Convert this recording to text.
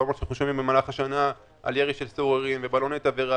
אנחנו שומעים במהלך השנה על ירי ובלוני תבערה